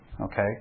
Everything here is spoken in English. Okay